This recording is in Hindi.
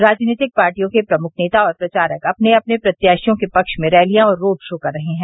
राजनीतिक पार्टियों के प्रमुख नेता और प्रचारक अपने अपने प्रत्याशियों के पक्ष में रैलियां और रोड शो कर रहे हैं